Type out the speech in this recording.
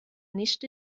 nicht